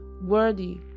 worthy